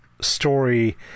story